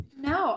No